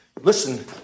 Listen